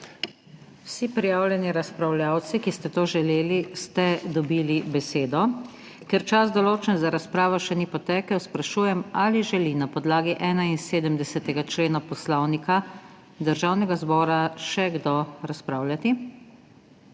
Vsi prijavljeni razpravljavci, ki ste to želeli, ste dobili besedo. Ker čas, določen za razpravo, še ni potekel, sprašujem, ali želi na podlagi 71. člena Poslovnika Državnega zbora še kdo razpravljati.